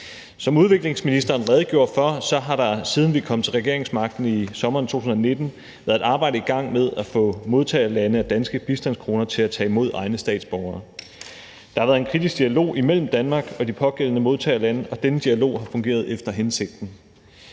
Som udviklingsministeren redegjorde for, har der, siden vi kom til regeringsmagten i sommeren 2019, været et arbejde i gang med at få modtagerlande af danske bistandskroner til at tage imod egne statsborgere. Der har været en kritisk dialog imellem Danmark og de pågældende modtagerlande, og denne dialog har fungeret efter hensigten.